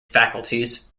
faculties